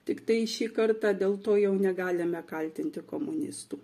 tiktai šį kartą dėl to jau negalime kaltinti komunistų